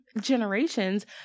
generations